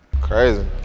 Crazy